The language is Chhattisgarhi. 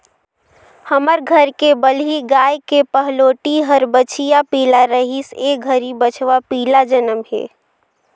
हमर घर के बलही गाय के पहलोठि हर बछिया पिला रहिस ए घरी बछवा पिला जनम हे